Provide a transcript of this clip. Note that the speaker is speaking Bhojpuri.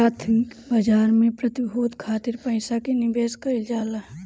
प्राथमिक बाजार में प्रतिभूति खातिर पईसा के निवेश कईल जाला